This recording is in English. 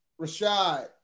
Rashad